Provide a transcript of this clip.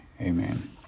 Amen